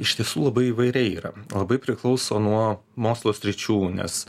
iš tiesų labai įvairiai yra labai priklauso nuo mokslo sričių nes